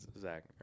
Zach